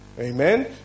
Amen